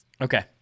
Okay